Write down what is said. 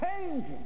changing